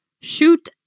shoot